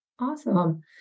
Awesome